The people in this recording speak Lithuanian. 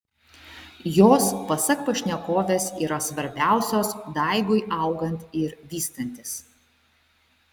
jos pasak pašnekovės yra svarbiausios daigui augant ir vystantis